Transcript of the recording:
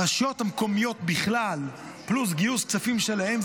הרשויות המקומיות בכלל, פלוס גיוס כספים שלהם.